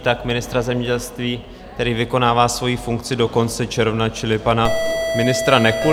Tak ministra zemědělství, který vykonává svoji funkci do konce června, čili pana ministra Nekuly.